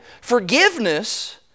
forgiveness